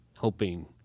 helping